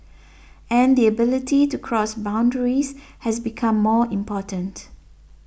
and the ability to cross boundaries has become more important